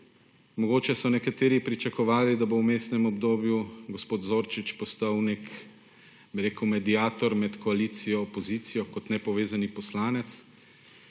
mogoče so nekateri pričakovali, da bo v vmesnem obdobju gospod Zorčič postal nek, bi rekel, mediator med koalicijo, opozicijo, kot nepovezani poslanec.